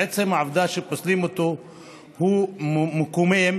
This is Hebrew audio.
עצם העובדה שפוסלים אותו הוא מקומם,